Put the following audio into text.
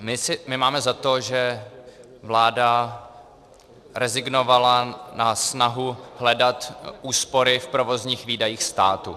My máme za to, že vláda rezignovala na snahu hledat úspory v provozních výdajích státu.